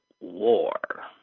war